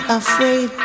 afraid